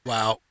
Wow